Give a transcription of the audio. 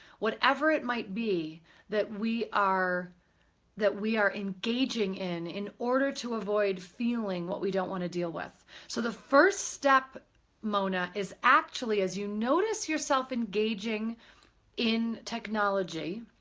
whatever it might be that we are that we are engaging in in order to avoid feeling what we don't want to deal with. so the first step mona is actually, as you notice yourself engaging in technology,